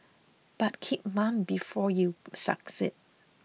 but keep mum before you succeed